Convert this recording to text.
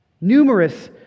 numerous